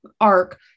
arc